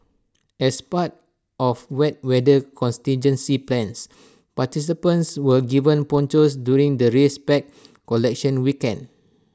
as part of wet weather contingency plans participants were given ponchos during the race pack collection weekend